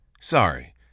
Sorry